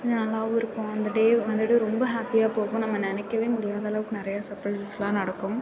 கொஞ்சம் நல்லாவும் இருக்கும் அந்த டே வந்துட்டு ரொம்ப ஹாப்பியாக போகும் நம்ம நினைக்கவே முடியாதளவுக்கு நிறைய சர்ப்ரைஸஸ்லாம் நடக்கும்